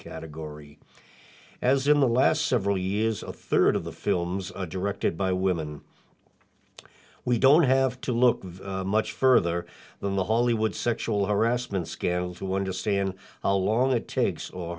category as in the last several years a third of the films directed by women we don't have to look much further than the hollywood sexual harassment scandal to understand how long it takes or